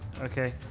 Okay